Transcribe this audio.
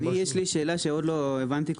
יש לי שאלה שלא הבנתי.